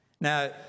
Now